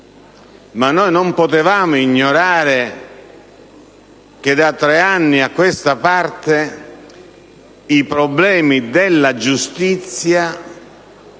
non possiamo ignorare che da tre anni a questa parte i problemi della giustizia